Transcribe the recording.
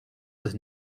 was